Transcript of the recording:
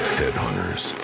headhunters